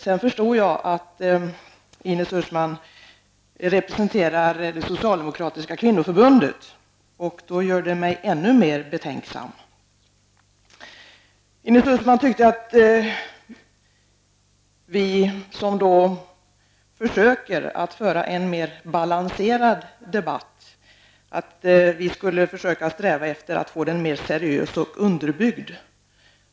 Jag förstod sedan att Ines Uusmann representerar det socialdemokratiska kvinnoförbundet, vilket gör mig ännu mer betänksam. Ines Uusmann tyckte att vi som försöker föra en mer balanserad debatt skulle försöka sträva efter att få den mer seriös och underbyggd.